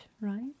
right